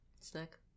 snack